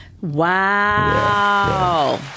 Wow